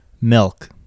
Milk